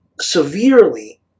severely